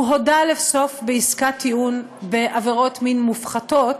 הוא הודה לבסוף בעסקת טיעון בעבירות מין מופחתות,